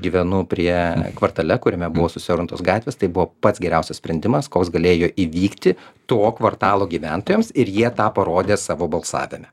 gyvenu prie kvartale kuriame buvo susiaurintos gatvės tai buvo pats geriausias sprendimas koks galėjo įvykti to kvartalo gyventojams ir jie tą parodė savo balsavime